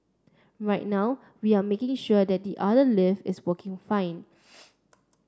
right now we are making sure that the other lift is working fine